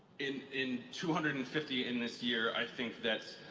in in two hundred and fifty in this year, i think that